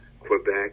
Quebec